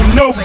no